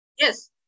Yes